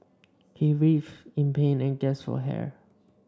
he writhed in pain and gasped for air